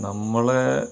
നമ്മൾ